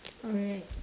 alright